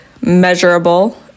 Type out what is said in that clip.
measurable